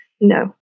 No